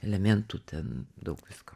elementų ten daug visko